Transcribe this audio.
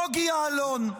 בוגי יעלון.